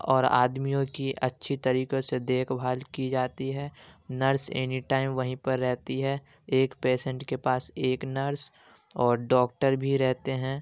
اور آدمیوں کی اچھی طریقے سے دیکھ بھال کی جاتی ہے نرس اینی ٹائم وہیں پر رہتی ہے ایک پیشینٹ کے پاس ایک نرس اور ڈاکٹر بھی رہتے ہیں